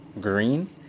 green